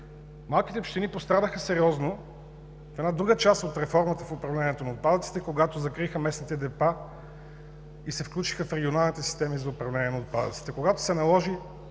Малките общини пострадаха сериозно в една друга част от реформата в управлението на отпадъците, когато закриха местните депа и се включиха в регионалните системи за управление на отпадъците, когато се наложи